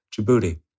Djibouti